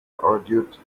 argued